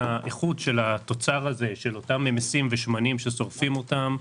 איכות התוצר הזה של אותם ממסים ושמנים ששורפים אותם,